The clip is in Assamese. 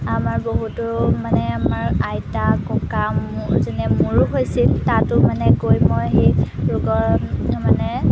আমাৰ বহুতো মানে আমাৰ আইতা ককা যেনে মোৰো হৈছিল তাতো মানে গৈ মই সেই ৰোগৰ মানে